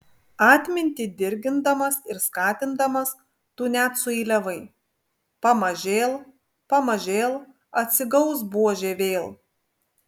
atmintį dirgindamas ir skatindamas tu net sueiliavai pamažėl pamažėl atsigaus buožė vėl